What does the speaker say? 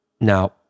Now